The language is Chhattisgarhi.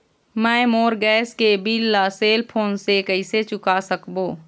मैं मोर गैस के बिल ला सेल फोन से कइसे चुका सकबो?